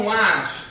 life